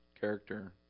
character